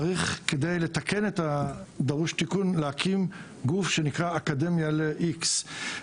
צריך כדי לתקן את הדרוש תיקון להקים גוף שנקרא אקדמיה ל"איקס".